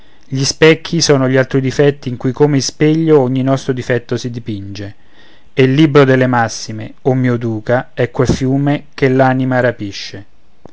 gli specchi sono gli altrui difetti in cui come in ispeglio ogni nostro difetto si dipinge e il libro delle massime o mio duca è quel fiume che l'anima rapisce